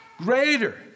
greater